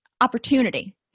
opportunity